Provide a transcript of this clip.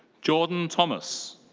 jordan thomas.